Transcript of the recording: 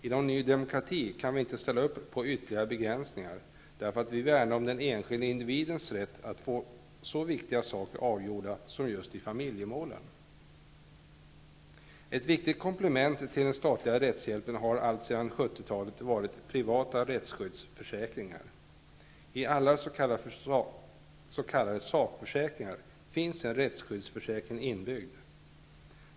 Inom Ny demokrati kan vi inte ställa upp på ytterligare begränsningar, därför att vi värnar om den enskilde individens rätt att få så viktiga saker avgjorda som det handlar om just i familjemålen. Ett viktigt komplement till den statliga rättshjälpen har alltsedan 1970-talet varit privata rättsskyddsförsäkringar. I alla s.k. sakförsäkringar finns en rättskyddsförsäkring inbyggd.